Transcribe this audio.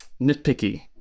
nitpicky